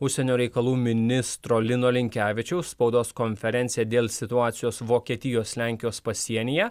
užsienio reikalų ministro lino linkevičiaus spaudos konferenciją dėl situacijos vokietijos lenkijos pasienyje